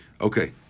Okay